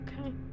okay